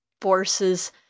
forces